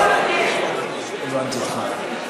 חברת הכנסת לנדבר.